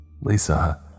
Lisa